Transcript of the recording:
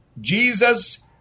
Jesus